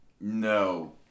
No